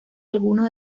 algunos